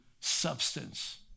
substance